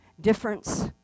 difference